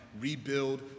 rebuild